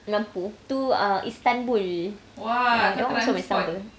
lampu tu ah istanbul now masuk istanbul